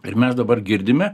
ir mes dabar girdime